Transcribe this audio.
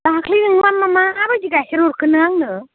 दाख्लै नों माबायदि गाइखेर हरखो नों आंनो